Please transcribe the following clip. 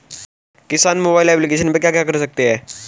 किसान mobile application पे क्या क्या कर सकते हैं?